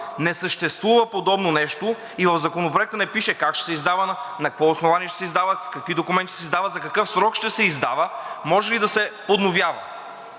Не съществува подобно нещо. И в Законопроекта не пише как ще се издава, на какво основание ще се издава, с какви документи ще се издава, за какъв срок ще се издава, може ли да се подновява.